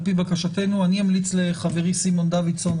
על פי בקשתנו אני אמליץ לחברי סימון דוידסון,